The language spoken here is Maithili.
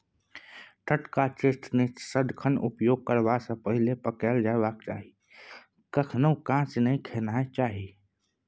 टटका चेस्टनट सदिखन उपयोग करबा सँ पहिले पकाएल जेबाक चाही कखनहुँ कांच नहि खेनाइ चाही